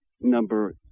number